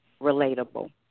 Relatable